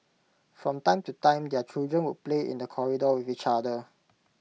from time to time their children would play in the corridor with each other